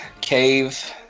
cave